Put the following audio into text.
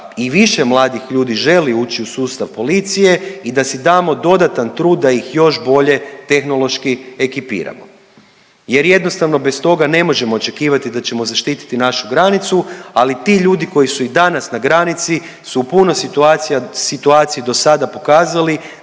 i više mladih ljudi želi ući u sustav policije i da si damo dodatan trud da ih još bolje tehnološki ekipiramo. Jer jednostavno bez toga ne možemo očekivati da ćemo zaštititi našu granicu ali ti ljudi koji su i danas na granici su u puno situacija do sada pokazali